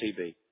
TV